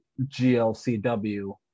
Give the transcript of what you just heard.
GLCW